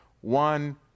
One